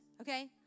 okay